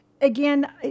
again